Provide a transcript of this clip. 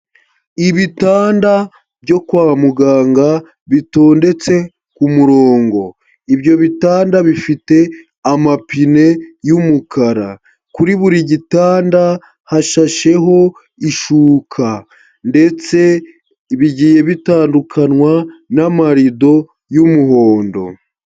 Ibitanda byo kwa muganga bitondetse ku murongo. Ibyo bitanda bifite amapine y'umukara, kuri buri gitanda hashasheho ishuka ndetse bigiye bitandukanywa n'amarido y'umuhondo.